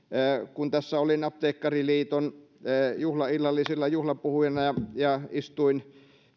kun tässä olin apteekkariliiton juhlaillallisilla juhlapuhujana istuin